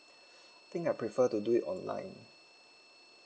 think I prefer to do it online